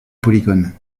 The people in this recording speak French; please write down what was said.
polygone